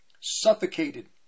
suffocated